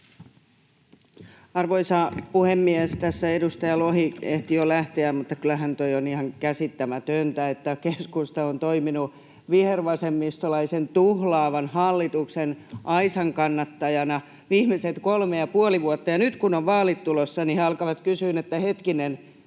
Arvoisa puhemies! Tässä edustaja Lohi ehti jo lähteä, mutta kyllähän tuo on ihan käsittämätöntä, että keskusta on toiminut vihervasemmistolaisen tuhlaavan hallituksen aisankannattajana viimeiset kolme ja puoli vuotta, ja nyt kun on vaalit tulossa, niin he alkavat kysyä, että hetkinen,